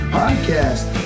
podcast